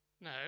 No